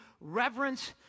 reverence